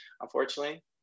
unfortunately